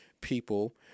people